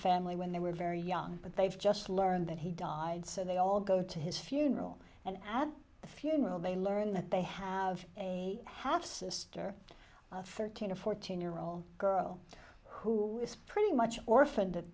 family when they were very young but they've just learned that he died so they all go to his funeral and at the funeral they learn that they have a half sister thirteen or fourteen year old girl who is pretty much orphaned at